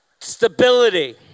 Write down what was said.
stability